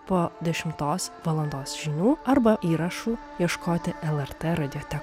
po dešimtos valandos žinių arba įrašų ieškoti lrt radiotekoj